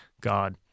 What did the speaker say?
God